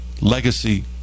legacy